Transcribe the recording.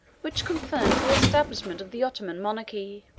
which confirmed the establishment of the ottoman monarchy.